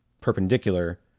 perpendicular